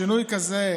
שינוי כזה